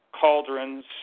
Cauldrons